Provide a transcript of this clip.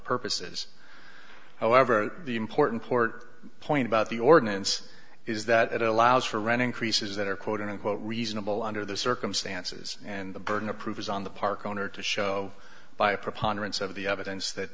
purposes however the important port point about the ordinance is that it allows for running creases that are quote unquote reasonable under the circumstances and the burden of proof is on the park owner to show by a preponderance of the evidence that